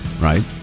right